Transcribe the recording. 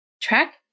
track